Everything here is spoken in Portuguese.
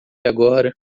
agora